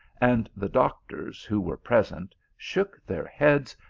and the doctors, who were present, shook their heads,